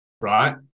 Right